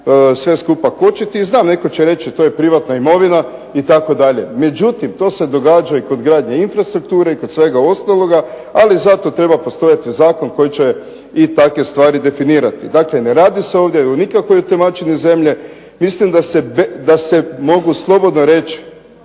sve skupa kočiti. I znam netko će reći to je privatna imovina itd. Međutim to se događa i kod gradnje infrastrukture i kod svega ostaloga, ali zato treba postojati zakon koji će i takve stvari definirati. Dakle, ne radi se ovdje o nikakvoj otimačini zemlje. Mislim da se mogu slobodno reći